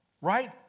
Right